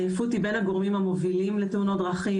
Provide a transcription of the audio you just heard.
עייפות היא בין הגורמים המובילים לתאונות דרכים